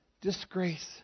disgrace